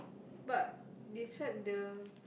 but describe the